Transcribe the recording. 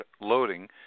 loading